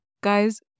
guys